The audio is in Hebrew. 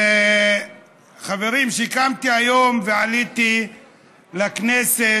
חברים, כשקמתי היום ועליתי לכנסת,